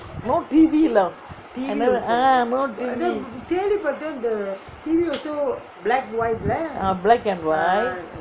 no T_V lah eh no T_V black and white